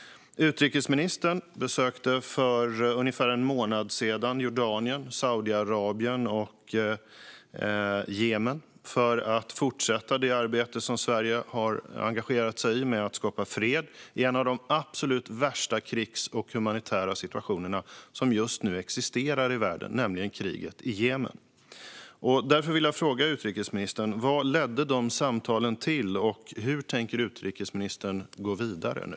Utrikesministern besökte för ungefär en månad sedan Jordanien, Saudiarabien och Jemen för att fortsätta det arbete som Sverige har engagerat sig i med att skapa fred i en av de absolut värsta krigssituationer och humanitära situationer som just nu existerar i världen, nämligen kriget i Jemen. Därför vill jag fråga utrikesministern: Vad ledde samtalen till, och hur tänker utrikesministern gå vidare nu?